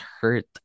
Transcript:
hurt